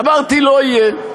אמרתי: לא יהיה,